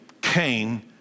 Cain